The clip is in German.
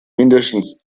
mindestens